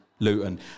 Luton